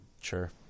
sure